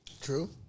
True